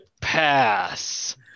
Pass